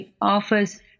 offers